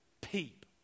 peep